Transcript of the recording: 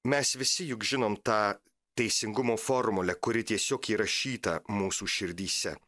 mes visi juk žinom tą teisingumo formulę kuri tiesiog įrašyta mūsų širdyse